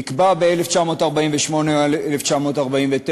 הוא נקבע ב-1948 1949,